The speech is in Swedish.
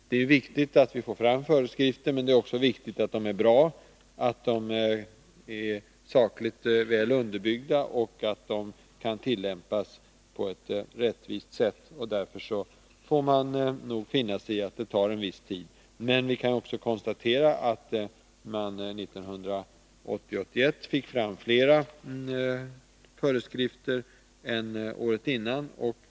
Det är viktigt att vi får fram föreskrifter, men det är också viktigt att de är bra, att de är sakligt väl underbyggda och att de kan tillämpas på ett rättvist sätt. Därför får man finna sig i att det tar en viss tid. Men vi kan också konstatera att man 1980/81 fick fram flera föreskrifter än året innan.